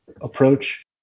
approach